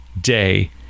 day